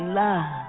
love